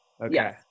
Okay